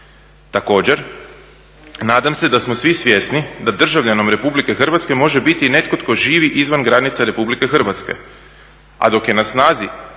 Također, nadam se da smo svi svjesni da državljanom RH može biti i netko tko živi izvan granica RH, a dok je na snazi